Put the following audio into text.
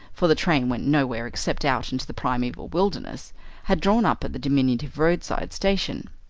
for the train went nowhere except out into the primeval wilderness had drawn up at the diminutive roadside station.